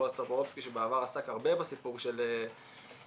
בועז טופורובסקי שבעבר עסק הרבה בסיפור של צעירים,